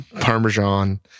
Parmesan